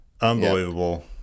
Unbelievable